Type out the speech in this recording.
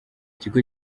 ikigo